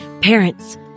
Parents